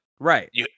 Right